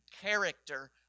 character